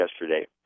yesterday